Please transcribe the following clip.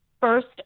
first